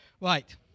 Right